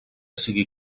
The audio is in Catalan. sigui